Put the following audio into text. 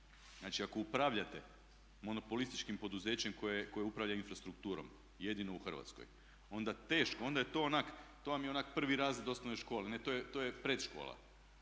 Znači ako upravljate monopolističkim poduzećem koje upravlja infrastrukturom jedino u Hrvatskoj onda teško, onda je to onak prvi razred osnovne škole, ne to je predškola